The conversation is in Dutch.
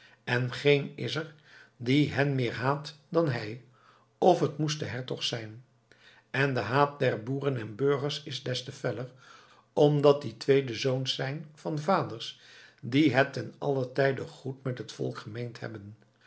en geen is er die hen meer haat dan hij of het moest de hertog zijn en de haat der boeren en burgers is des te feller omdat die twee de zoons zijn van vaders die het ten allen tijde goed met het volk gemeend hebben